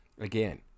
Again